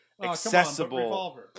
accessible